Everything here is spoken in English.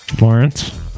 Lawrence